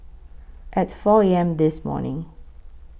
At four A M This morning